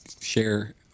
share